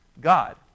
God